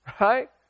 right